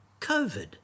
covid